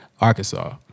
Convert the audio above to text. Arkansas